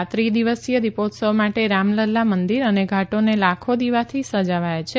આ ત્રિદિવસીય દીપોત્સવ માટે રામલલ્લા મંદિર અને ઘાટોને લાખો દિવાથી સજાવાયા છે